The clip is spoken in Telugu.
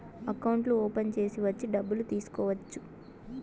అకౌంట్లు ఓపెన్ చేసి వచ్చి డబ్బులు తీసుకోవచ్చు